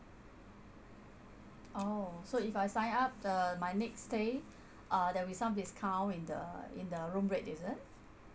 oh so if I sign up the my next stay uh there'll be some discount in the in the room rate is it